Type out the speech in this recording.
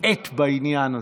על העט, בעניין הזה.